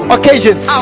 Occasions